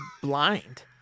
blind